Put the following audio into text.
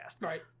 Right